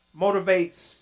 motivates